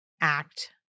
act